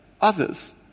others